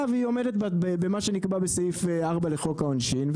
והיא עומדת במה שנקבע בסעיף 4 לחוק העונשין,